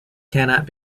cannot